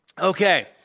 Okay